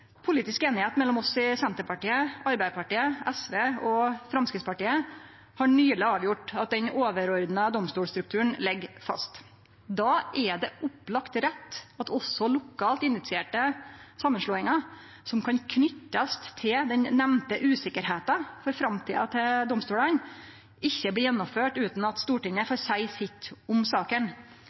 Politisk einigheit mellom oss i Senterpartiet, Arbeidarpartiet, SV og Framstegspartiet har nyleg avgjort at den overordna domstolstrukturen ligg fast. Då er det opplagt rett at også lokalt initierte samanslåingar, som kan knytast til den nemnde usikkerheita for framtida til domstolane, ikkje blir gjennomførte utan at Stortinget får seie sitt om saka.